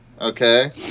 okay